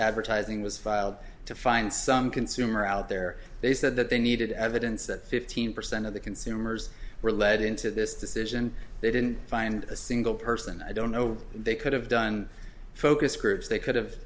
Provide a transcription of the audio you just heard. advertising was filed to find some consumer out there they said that they needed evidence that fifteen percent of the consumers were led into this decision they didn't find a single person i don't know they could have done focus groups they could